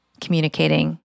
communicating